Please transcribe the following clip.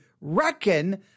reckon